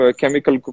chemical